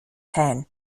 town